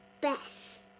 best